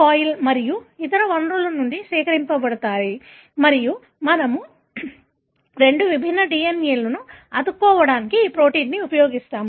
coli మరియు ఇతర వనరుల నుండి సేకరించబడతాయి మరియు మనము రెండు విభిన్న DNA లను అతుక్కోవడానికి ఈ ప్రోటీన్ను ఉపయోగిస్తాము